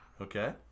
Okay